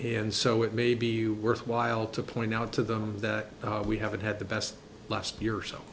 and so it may be worthwhile to point out to them that we haven't had the best last year so